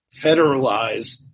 federalize